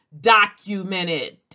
documented